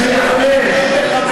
רגע,